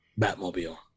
Batmobile